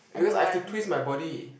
because I've to twist my body